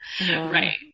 Right